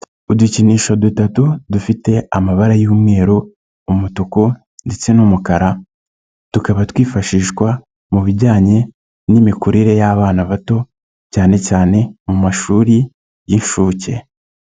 Udukinisho dutatu dufite amabara y'umweru, umutuku ndetse n'umukara, tukaba twifashishwa mu bijyanye n'imikurire y'abana bato cyane cyane mu mashuri y'inshuke.